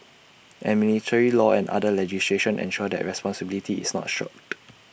and military law and other legislation ensure that responsibility is not shirked